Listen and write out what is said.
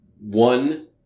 One